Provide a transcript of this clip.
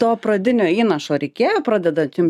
to pradinio įnašo reikėjo pradedant jum